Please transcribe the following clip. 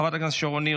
חברת הכנסת שרון ניר,